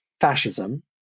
fascism